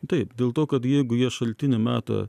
taip dėl to kad jeigu jie šaltiny mato